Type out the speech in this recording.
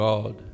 God